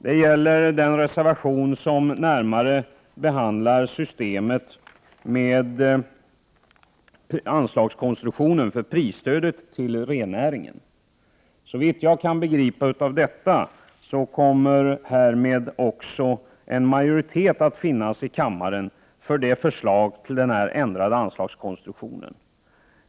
Det är den reservation som närmare behandlar anslagskonstruktionen för prisstödet till rennäringen. Såvitt jag kan begripa kommer härmed en majoritet att finnas i kammaren för förslaget till ändrad anslagskonstruktion.